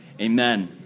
Amen